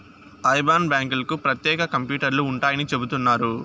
IBAN బ్యాంకులకు ప్రత్యేక కంప్యూటర్లు ఉంటాయని చెబుతున్నారు